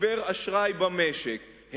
משבר אשראי במשק,